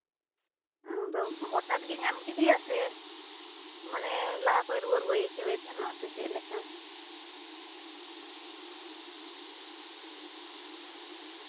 ᱚᱱᱟ ᱫᱚ ᱦᱚᱴᱟᱛ ᱜᱮ ᱧᱟᱢ ᱠᱮᱫᱮᱭᱟ ᱥᱮ ᱢᱟᱱᱮ ᱞᱟᱦᱟ ᱠᱷᱚᱱ ᱨᱩᱣᱟᱹᱼᱨᱩᱣᱟᱹᱭ ᱟᱹᱭᱠᱟᱹᱣᱮᱫ ᱛᱟᱦᱮᱱᱟ ᱥᱮ ᱪᱮᱫᱞᱮᱠᱟ